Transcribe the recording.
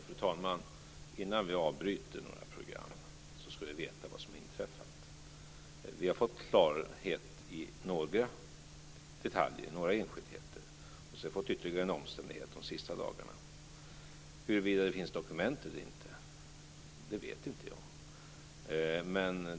Fru talman! Innan vi avbryter några program ska vi veta vad som har inträffat. Vi har fått klarhet när det gäller några detaljer, några enskildheter. Och vi har fått reda på ytterligare en omständighet de senaste dagarna. Huruvida det finns dokument eller inte vet jag inte.